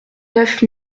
neuf